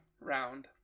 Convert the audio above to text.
round